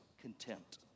contempt